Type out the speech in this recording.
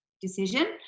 decision